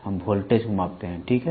हम वोल्टेज को मापते हैं ठीक है